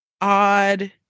odd